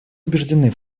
убеждены